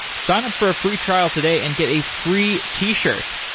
sign up for a free trial today and get a free t-shirt.